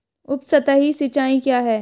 उपसतही सिंचाई क्या है?